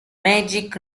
magic